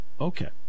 Okay